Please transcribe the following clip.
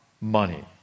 money